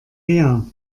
her